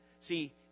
See